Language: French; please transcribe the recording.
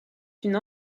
une